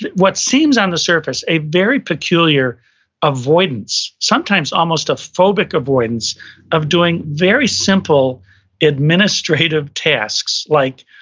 what seems on the surface. a very peculiar avoidance, sometimes almost a phobic avoidance of doing very simple administrative tasks like,